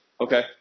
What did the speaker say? okay